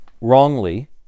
wrongly